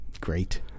Great